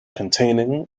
containing